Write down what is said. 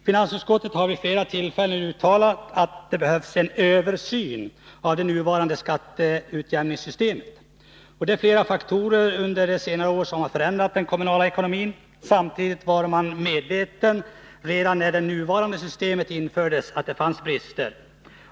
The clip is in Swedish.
Finansutskottet har vid flera tillfällen uttalat att det behövs en översyn av det nuvarande skatteutjämningssystemet, Det är flera faktorer under senare år som förändrat den kommunala ekonomin. Samtidigt var man medveten om att det fanns brister redan när det nuvarande systemet infördes.